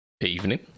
Evening